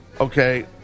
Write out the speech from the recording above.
okay